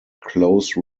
close